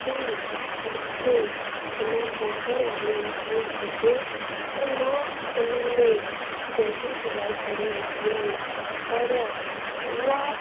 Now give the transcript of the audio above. की मूंखे इन मोटर वारी मशीन हुजे त मां उन में जल्दी सिलाई करे वठंदमि पर उहा